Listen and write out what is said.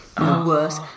worse